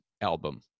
album